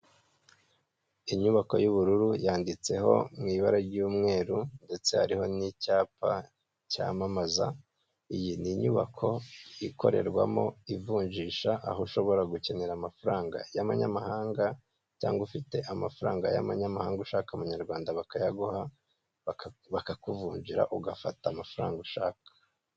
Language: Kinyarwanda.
Inyubako y'ubururu yanditseho mu ibara ry'umweru ndetse hariho n'icyapa cyamamaza, iyi ni inyubako ikorerwamo ivunjisha aho ushobora gukenera amafaranga y'amanyamahanga cyangwa ufite amafaranga y'amanyamahanga ushaka abanyarwanda, bakayaguha bakakuvunjira ugafata amafaranga ushaka.